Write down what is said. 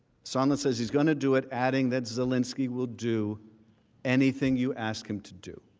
someone says he's going to do it, adding that zelinski will do anything you ask him to do.